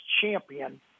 champion